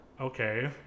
okay